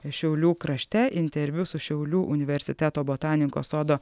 šiaulių krašte interviu su šiaulių universiteto botanikos sodo